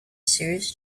serious